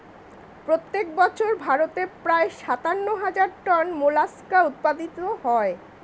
প্রত্যেক বছর ভারতে প্রায় সাতান্ন হাজার টন মোলাস্কা উৎপাদিত হয়